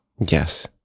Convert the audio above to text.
Yes